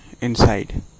inside